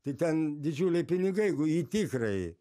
tai ten didžiuliai pinigai jeigu į tikrąjį